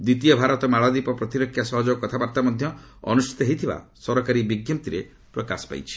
ଦ୍ୱିତୀୟ ଭାରତ ମାଳଦ୍ୱୀପ ପ୍ରତିରକ୍ଷା ସହଯୋଗ କଥାବାର୍ତ୍ତା ମଧ୍ୟ ଅନ୍ତଷ୍ଠିତ ହୋଇଥିବା ସରକାରୀ ବିଞ୍ଜପ୍ତିରେ ପ୍ରକାଶ ପାଇଛି